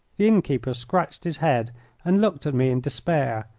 the innkeeper scratched his head and looked at me in despair,